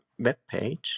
webpage